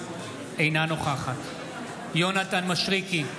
אינה נוכחת יונתן מישרקי,